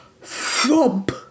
THUMP